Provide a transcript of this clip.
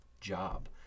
job